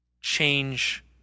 change